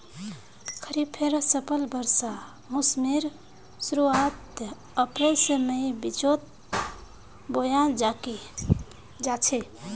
खरिफेर फसल वर्षा मोसमेर शुरुआत अप्रैल से मईर बिचोत बोया जाछे